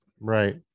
Right